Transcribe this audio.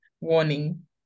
warning